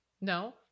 No